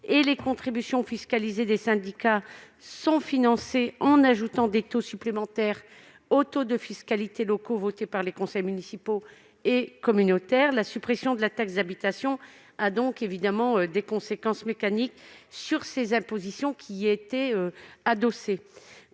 et les contributions fiscalisées des syndicats sont financées en ajoutant des taux supplémentaires aux taux de fiscalité locaux votés par les conseils municipaux et communautaires. La suppression de la taxe d'habitation a donc des conséquences mécaniques sur ces impositions, qui y étaient adossées.